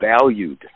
valued